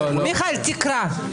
סעיף 4 במסמך שלי.